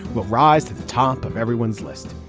but rise to the top of everyone's list.